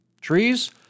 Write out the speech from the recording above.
trees